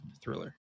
thriller